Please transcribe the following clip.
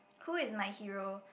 who is my hero